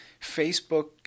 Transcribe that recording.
Facebook